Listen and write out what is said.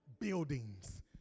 buildings